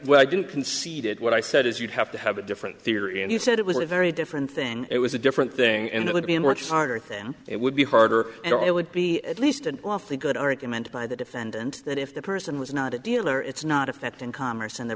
what i do conceded what i said is you'd have to have a different theory and you said it was a very different thing it was a different thing and it would be a much harder thing it would be harder and it would be at least an awfully good argument by the defendant that if the person was not a dealer it's not if that in commerce and the